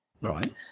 right